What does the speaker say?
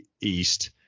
East